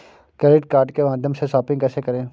Credit card के माध्यम से शॉपिंग कैसे करें?